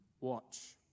watch